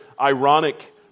ironic